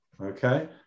okay